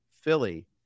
Philly